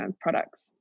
products